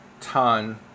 ton